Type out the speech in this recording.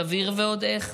סביר ועוד איך,